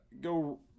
go